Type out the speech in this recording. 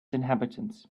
inhabitants